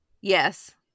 Yes